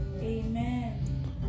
amen